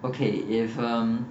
okay if um